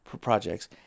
projects